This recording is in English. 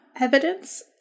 evidence